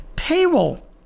Payroll